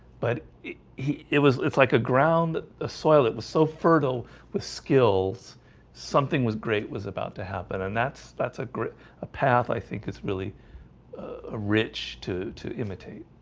but it yeah it was it's like a ground the ah soil. it was so fertile with skills something was great was about to happen. and that's that's a great a path. i think it's really rich to to imitate.